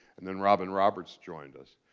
and then robin roberts joined us.